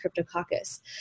Cryptococcus